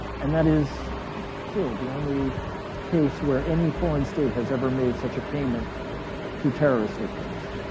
and that is still the only case where any foreign state has ever made such a payment to terrorist victims.